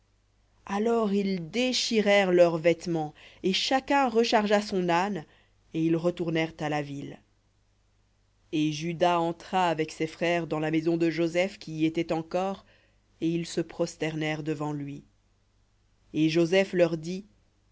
alors ils déchirèrent leurs vêtements et chacun rechargea son âne et ils retournèrent à la ville et juda entra avec ses frères dans la maison de joseph qui y était encore et ils se prosternèrent devant lui et joseph leur dit